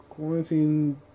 Quarantine